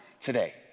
today